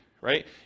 right